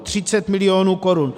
Třicet milionů korun.